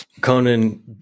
conan